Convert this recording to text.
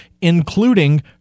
including